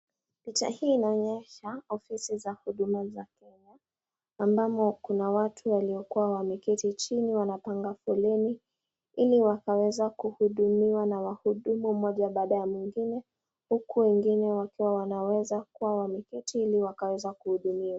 Picha hii inainyesha ofisi za huduma za kenya ambamo kuna watu waliokuwa wameketi chini wanapanga foleni ili wakaweza kuhudumiwa na wahudumu mmoja baada ya mwingine huku wengine wakiwa wanaweza kuwa wameketi ili wakaweza kuhudumiwa.